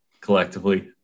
collectively